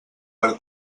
per